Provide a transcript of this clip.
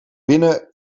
binnen